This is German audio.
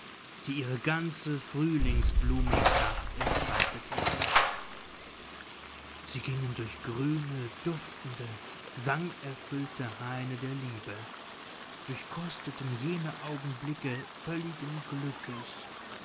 die ihre ganze frühlingsblumenpracht entfaltet hätten sie gingen durch grüne duftende sangerfüllte haine der liebe durchkosteten jene augenblicke völligen glückes